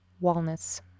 walnuts